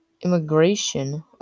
immigration